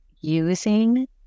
using